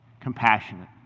compassionate